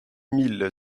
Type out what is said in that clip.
mille